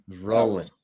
Rolling